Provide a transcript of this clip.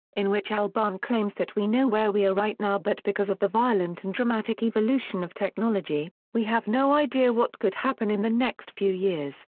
in which albarn claims that we know where we are right now but because of the violent and dramatic evolution of technology, we have no idea what could happen in the next few years.